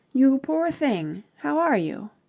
you poor thing! how are you?